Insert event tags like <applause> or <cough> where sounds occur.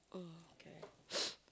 oh okay <noise>